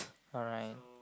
alright